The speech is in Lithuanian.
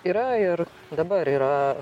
yra ir dabar yra